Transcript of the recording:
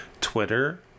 Twitter